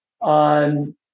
on